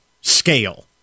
scale